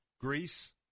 Greece